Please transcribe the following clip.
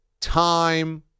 time